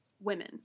women